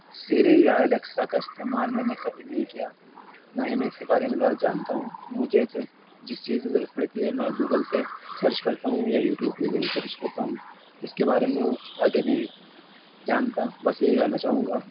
سیری یا الیکسا کا استعمال میں نے کبھی نہیں کیا نہ ہی میں اس کے بارے میں زیادہ جانتا ہوں مجھے تو جس چیز کی ضرورت پڑتی ہے میں گوگل سے سرچ کرتا ہوں یا یوٹیوب کے ذریعہ سرچ کرتا ہوں اس کے بارے میں کچھ آگے نہیں جانتا بس یہ کہنا چاہوں گا